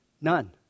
None